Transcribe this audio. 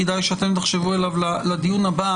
כדאי שאתם תחשבו עליו לדיון הבא